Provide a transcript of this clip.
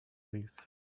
this